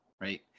right